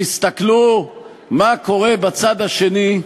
תסתכלו מה קורה בצד השני,